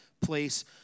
place